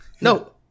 no